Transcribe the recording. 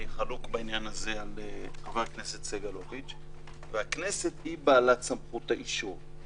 אני חלוק בעניין הזה על ח"כ סגלוביץ' והכנסת היא בעלת סמכות האישור.